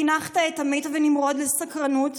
חינכת את עמית ונמרוד לסקרנות,